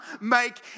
make